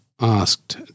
asked